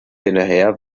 hinterher